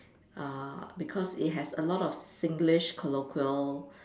uh because it has a lot of Singlish colloquial